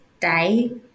day